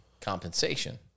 compensation